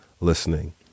listening